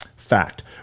Fact